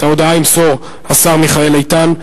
את ההודעה ימסור השר מיכאל איתן.